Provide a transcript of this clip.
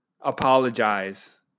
apologize